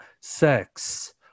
sex